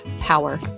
power